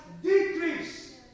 decrease